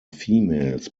females